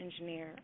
engineer